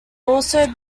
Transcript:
also